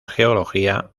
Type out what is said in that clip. geología